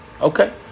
Okay